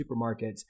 Supermarkets